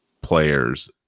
players